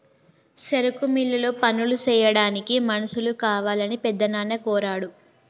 సెరుకు మిల్లులో పనులు సెయ్యాడానికి మనుషులు కావాలని పెద్దనాన్న కోరాడు